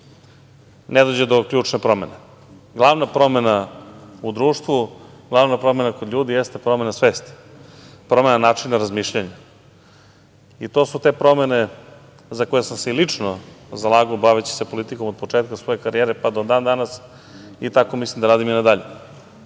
ne dođe do ključne promene. Glavna promena u društvu, glavna promena kod ljudi, jeste promena svesti, promena načina razmišljanja. To su te promene za koje sam se i lično zalagao baveći se politikom od početka svoje karijere, pa do dan-danas, i tako mislim da radim i nadalje. Da